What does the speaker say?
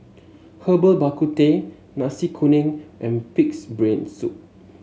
Herbal Bak Ku Teh Nasi Kuning and pig's brain soup